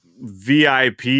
VIP